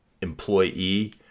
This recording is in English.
employee